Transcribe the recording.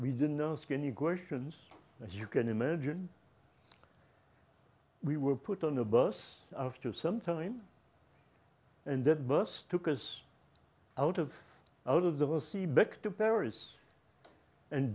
we didn't know skinny questions as you can imagine we were put on a bus after some time and that bus took us out of out of the